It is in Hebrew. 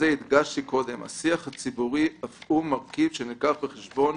הדגשתי קודם שהשיח הציבורי אף הוא מרכיב שנלקח בחשבון